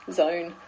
zone